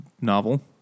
novel